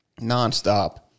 nonstop